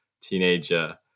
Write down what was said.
teenager